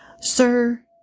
Sir